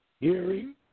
Hearing